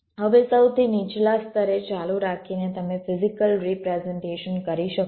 હવે સૌથી નીચલા સ્તરે ચાલુ રાખીને તમે ફિઝીકલ રિપ્રેઝન્ટેશન કરી શકો છો